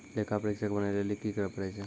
लेखा परीक्षक बनै लेली कि करै पड़ै छै?